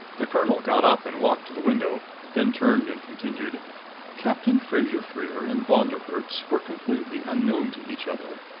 the colonel got up and walked to the window then turned and continued captain fraser-freer and von der herts were completely unknown to each other.